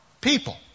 people